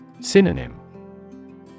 Synonym